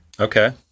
Okay